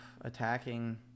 attacking